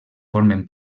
formen